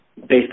based